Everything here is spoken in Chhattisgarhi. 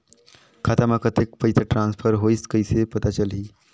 खाता म कतेक पइसा ट्रांसफर होईस कइसे पता चलही?